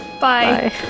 bye